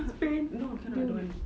it's pain no cannot I don't want